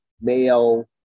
male